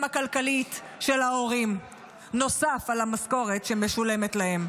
הכלכלית של ההורים נוסף על המשכורת שמשולמת להם.